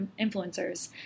influencers